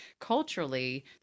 culturally